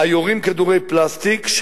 היורים כדורי פלסטיק.